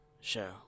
show